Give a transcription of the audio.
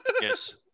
yes